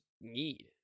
need